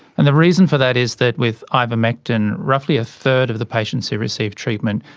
and the reason for that is that with ivermectin roughly a third of the patients who receive treatment,